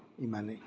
ইমানেই